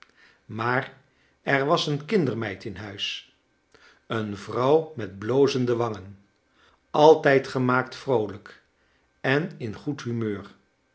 maar er was een kindermeid in huis een vrouw met blozende wangen altijd gemaakt vroolijk en in goed humeur